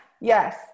yes